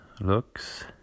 Looks